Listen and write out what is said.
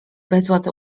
bezład